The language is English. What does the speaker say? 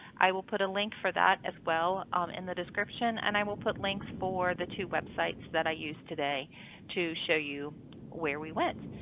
i will put a link for that as well um in the description and i will put links for the two websites that i used today to show you where we went.